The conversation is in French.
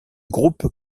groupe